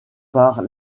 par